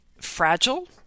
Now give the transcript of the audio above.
fragile